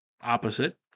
opposite